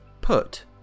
Put